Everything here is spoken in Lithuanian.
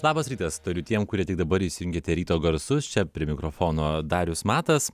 labas rytas tariu tiem kurie tik dabar įsijungėte ryto garsus čia prie mikrofono darius matas